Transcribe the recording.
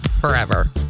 forever